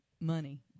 money